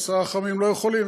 עשרה חכמים לא יכולים,